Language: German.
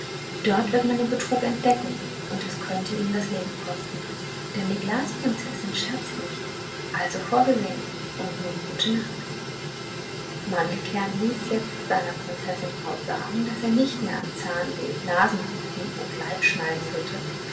dort wird man den betrug entdecken und es könnte ihnen das leben kosten denn die glasprinzessin scherzt nicht also vorgesehen und nun gute nacht mandelkern ließ jetzt seiner prinzessin braut sagen daß er nicht mehr an zahnweh nasenbluten und leibschneiden litte